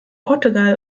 portugal